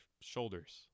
shoulders